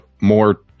more